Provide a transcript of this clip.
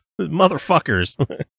Motherfuckers